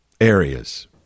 areas